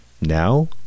Now